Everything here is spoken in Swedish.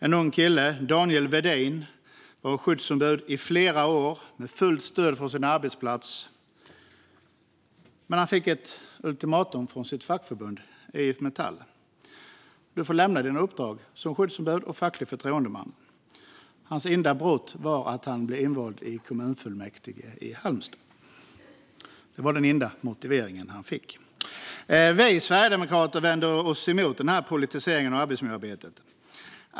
En ung kille, Daniel Widin, hade varit skyddsombud i flera år med fullt stöd från sin arbetsplats. Men han fick ett ultimatum från sitt fackförbund, IF Metall: Du får lämna dina uppdrag som skyddsombud och facklig förtroendeman. Hans enda brott var att han blev invald i kommunfullmäktige i Halmstad. Det var den enda motivering han fick. Vi sverigedemokrater vänder oss emot den här politiseringen av arbetsmiljöarbetet.